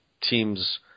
teams